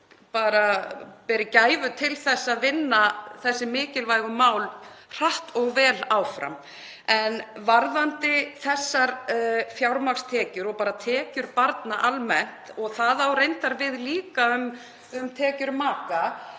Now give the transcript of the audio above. beri gæfu til að vinna áfram þessi mikilvægu mál hratt og vel. En varðandi þessar fjármagnstekjur og bara tekjur barna almennt, og það á reyndar líka við um tekjur maka,